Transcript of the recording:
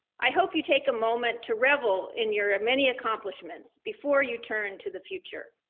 i hope you take a moment to revel in your many accomplishments before you turn to the future.